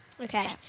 Okay